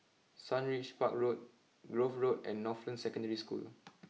Sundridge Park Road Grove Road and Northland Secondary School